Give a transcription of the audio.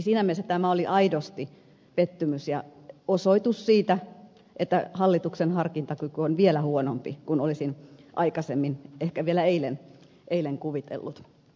siinä mielessä tämä oli aidosti pettymys ja osoitus siitä että hallituksen harkintakyky on vielä huonompi kuin olisin aikaisemmin ehkä vielä eilen kuvitellut